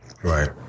Right